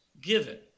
given